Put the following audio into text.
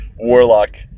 warlock